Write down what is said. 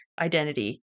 identity